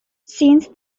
since